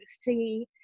see